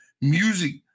music